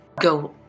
go